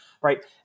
right